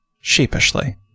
sheepishly